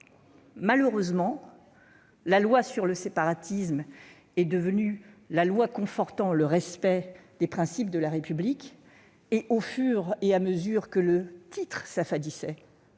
Malheureusement, le projet de loi sur le séparatisme est devenu « projet de loi confortant le respect des principes de la République » et, au fur et à mesure que le titre s'affadissait,